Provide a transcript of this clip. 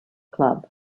club